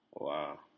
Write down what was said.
Wow